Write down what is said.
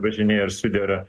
važinėja ir sudera